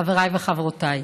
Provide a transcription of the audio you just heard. חבריי וחברותיי,